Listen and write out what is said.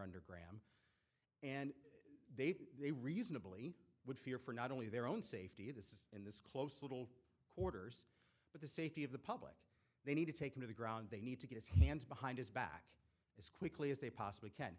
under graham and they they reasonably would fear for not only their own safety in this close little quarters but the safety of the public they need to take him to the ground they need to get his hands behind his back as quickly as they possibly can